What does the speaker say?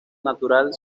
natural